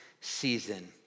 season